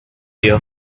your